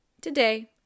Today